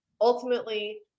ultimately-